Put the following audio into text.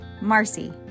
Marcy